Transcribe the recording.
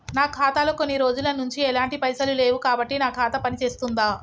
నా ఖాతా లో కొన్ని రోజుల నుంచి ఎలాంటి పైసలు లేవు కాబట్టి నా ఖాతా పని చేస్తుందా?